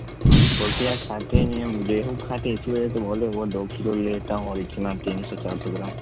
ہم پوٹیا کھاتے نہیں ہیں ہم ریہو کھاتے ہیں اسی وجہ سے تو بولے وہ دو کلو لیتا ہوں اور اچنا تین سو چار سو گرام